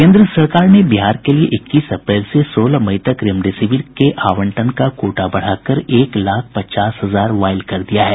केन्द्र सरकार ने बिहार के लिए इक्कीस अप्रैल से सोलह मई तक रेमडेसिविर के आवंटन का कोटा बढ़ाकर एक लाख पचास हजार वायल कर दिया है